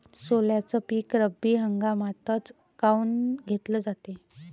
सोल्याचं पीक रब्बी हंगामातच काऊन घेतलं जाते?